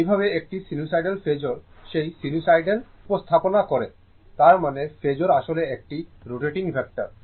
এইভাবে একটি সিনুসোইডাল সিগন্যালফেজোরের সেই সাইনুসোইডাল উপস্থাপনা করে তার মানে ফেজোর আসলে একটি রোটেটিং ভেক্টর